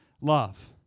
love